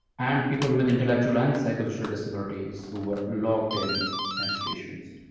and people with intellectual and psychosocial disabilities who were locked in institutions.